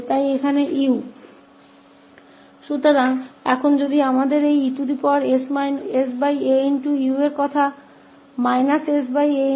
तो यहाँ हमारे पास यह 𝑡 है जिसे ua से बदल दिया गया है फिर हमारे पास 𝑓𝑢 है और फिर 𝑑𝑡dua होगा